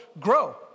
grow